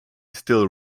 still